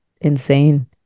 insane